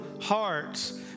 hearts